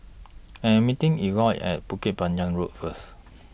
I Am meeting Eliot At Bukit Panjang Road First